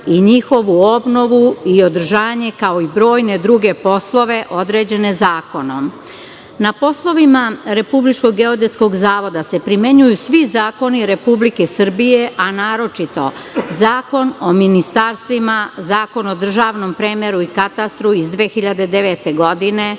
i njihovu obnovu i održanje, kao i brojne druge poslove određene zakonom. Na poslovima RGZ se primenjuju svi zakoni Republike Srbije, a naročito Zakon o ministarstvima, Zakon o državnom premeru i katastru iz 2009. godine,